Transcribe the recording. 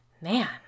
Man